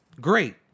Great